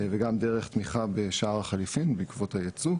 וגם דרך תמיכה בשער החליפין בעקבות הייצוא,